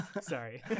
sorry